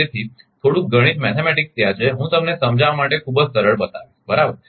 તેથી થોડુંક ગણિત ત્યાં છે હું તમને સમજવા માટે ખૂબ જ સરળ બતાવીશ બરાબર